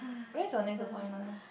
when is your next appointment